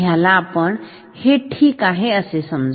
ह्याला आपण हे ठीक आहे असे समजू